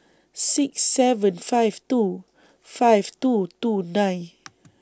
six seven five two five two two nine